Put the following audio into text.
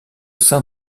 sein